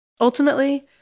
Ultimately